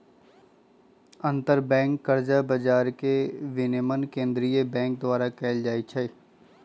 अंतरबैंक कर्जा बजार के विनियमन केंद्रीय बैंक द्वारा कएल जाइ छइ